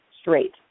straight